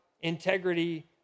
integrity